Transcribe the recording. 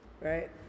right